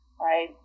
right